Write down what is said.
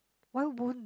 why won't